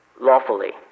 lawfully